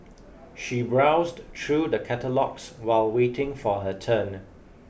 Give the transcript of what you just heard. she browsed through the catalogues while waiting for her turn